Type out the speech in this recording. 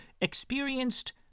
experienced